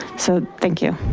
so thank you.